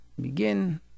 Begin